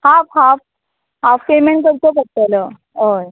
half half half payment करचो पडटलो हय